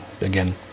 again